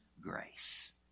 grace